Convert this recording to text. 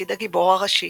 בתפקיד "הגיבור" הראשי,